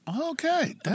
Okay